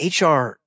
HR